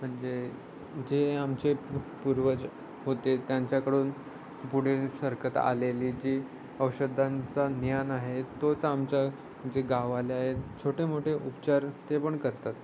म्हणजे जे आमचे पूर्वज होते त्यांच्याकडून पुढे सरकत आलेली जी औषधांचा ज्ञान आहे तोच आमच्या जे गाववाले आहेत छोटे मोठे उपचार ते पण करतात